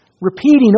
repeating